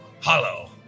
hollow